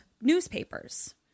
newspapers